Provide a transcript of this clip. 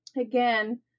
again